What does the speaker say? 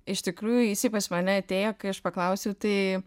iš tikrųjų jisai pas mane atėjo kai aš paklausiau tai